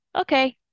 Okay